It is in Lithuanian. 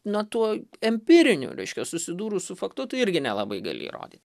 na tuo empirinių reiškia susidūrus su faktu tu irgi nelabai gali įrody